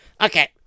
Okay